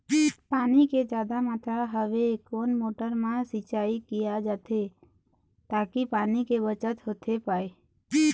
पानी के जादा मात्रा हवे कोन मोटर मा सिचाई किया जाथे ताकि पानी के बचत होथे पाए?